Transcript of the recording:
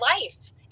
life